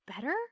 better